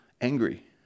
angry